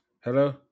Hello